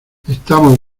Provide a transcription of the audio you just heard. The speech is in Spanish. estamos